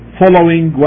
following